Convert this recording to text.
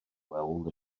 weld